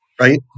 right